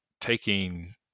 taking